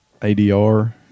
ADR